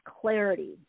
clarity